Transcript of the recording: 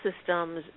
systems